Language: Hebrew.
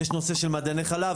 יש את הנושא של מעדני חלב,